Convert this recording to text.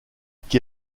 qui